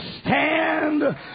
stand